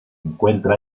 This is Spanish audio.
encuentra